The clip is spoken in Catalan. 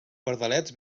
pardalets